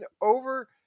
over